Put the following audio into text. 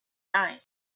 eyes